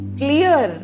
clear